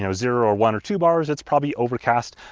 and zero, or one, or two bars, it's probably overcast,